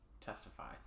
testify